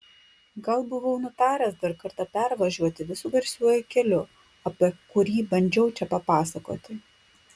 gal buvau nutaręs dar kartą pervažiuoti visu garsiuoju keliu apie kurį bandžiau čia papasakoti